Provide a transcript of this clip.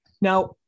Now